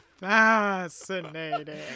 Fascinating